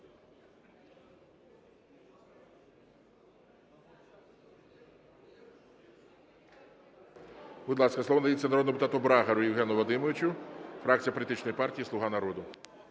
Будь ласка, слово надається народному депутату Брагару Євгену Вадимовичу, фракція політичної партії "Слуга народу".